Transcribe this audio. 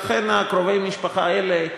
לכן קרובי המשפחה האלה,